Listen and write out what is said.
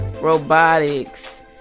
robotics